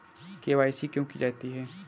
KYC क्यों की जाती है?